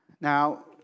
Now